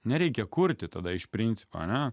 nereikia kurti tada iš principo ane